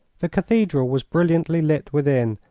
the cathedral was brilliantly lit within,